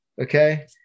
okay